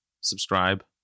subscribe